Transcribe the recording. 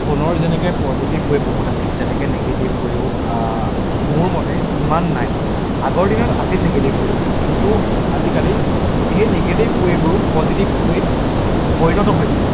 ফোনৰ যেনেকৈ positive way বহুত আছিল তেনেকৈ নিগেটিভ ৱেও মোৰ মতে ইমান নাই আগৰ দিনত আছিল নিগেটিভ ৱে কিন্তু আজিকালি সেই নিগেটিভ ৱেবোৰো পজিটিভ ৱেত পৰিণত হৈছে